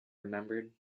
remembered